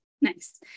Nice